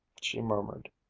she murmured.